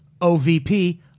OVP